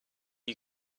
you